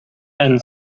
and